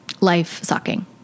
life-sucking